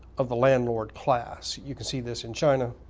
of the landlord class. you can see this in china.